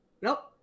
Nope